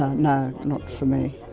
ah no. not for me.